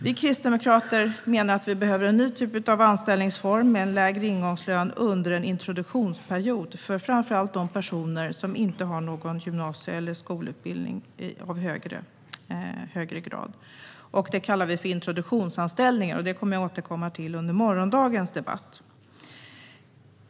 Vi kristdemokrater menar att vi behöver en ny typ av anställningsform med lägre ingångslön under en introduktionsperiod för framför allt de personer som inte har någon gymnasie eller skolutbildning av högre grad. Det kallar vi för introduktionsanställningar. Jag återkommer till dem under morgondagens debatt.